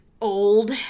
old